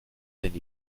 denn